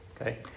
Okay